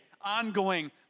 ongoing